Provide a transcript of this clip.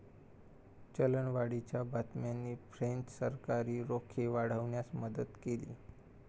चलनवाढीच्या बातम्यांनी फ्रेंच सरकारी रोखे वाढवण्यास मदत केली